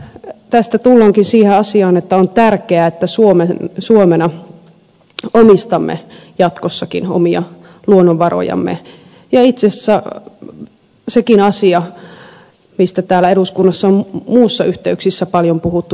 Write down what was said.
tästä tullaankin siihen asiaan että on tärkeää että suomena omistamme jatkossakin omia luonnonvarojamme ja itse asiassa siihen liittyy sekin asia mistä täällä eduskunnassa on muissa yhteyksissä paljon puhuttu